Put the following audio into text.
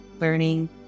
learning